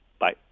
Bye